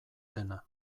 zena